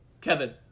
Kevin